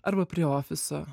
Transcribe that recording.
arba prie ofiso